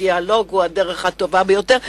הדיאלוג הוא הדרך הטובה ביותר,